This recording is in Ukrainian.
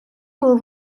коли